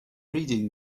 reading